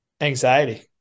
anxiety